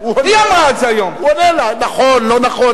הוא יאמר מה שהוא רוצה, וזה זכותו.